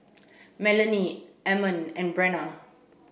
Melany Ammon and Brenna